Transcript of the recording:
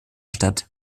statt